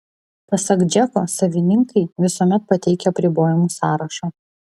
pasak džeko savininkai visuomet pateikia apribojimų sąrašą